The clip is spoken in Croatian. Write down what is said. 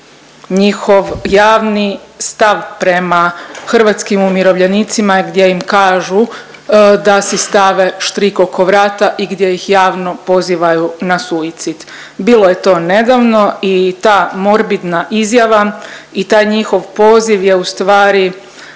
njihov javni stav prema hrvatskim umirovljenicima gdje im kažu da si stave štrik oko vrata i gdje ih javno pozivaju na suicid. Bilo je to nedavno i ta morbidna izjava i taj njihov poziv je u stvari,